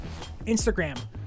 instagram